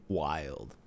wild